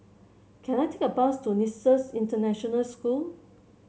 can I take a bus to Nexus International School